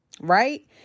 right